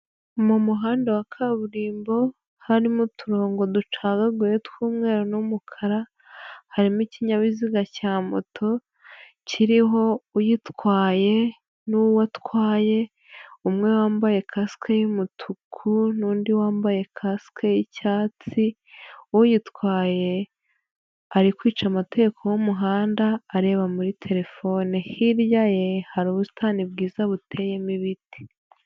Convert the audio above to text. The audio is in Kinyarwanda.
Mu muhanda wa kaburimbo harimo uturongo ducagaguye tw'umweru n'umukara harimo ikinyabiziga cya moto kiriho uyitwaye n'uwo atwaye, umwe wambaye kasike y'umutuku n'undi wambaye kasike y'icyatsi, uyitwaye ari kwica amategeko y'umuhanda areba muri telefone, hirya ye hari ubusitani bwiza buteyemo ibiti.